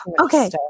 Okay